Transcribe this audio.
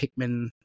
Pikmin